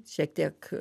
šiek tiek